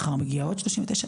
מחר מגיע עוד 39,